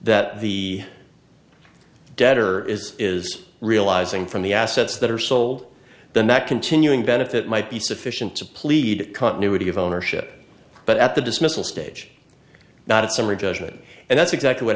that the debtor is is realizing from the assets that are sold then that continuing benefit might be sufficient to plead continuity of ownership but at the dismissal stage not a summary judgment and that's exactly what